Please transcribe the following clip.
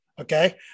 Okay